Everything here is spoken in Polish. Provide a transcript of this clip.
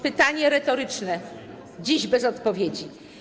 Pytanie retoryczne, do dziś bez odpowiedzi.